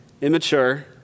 immature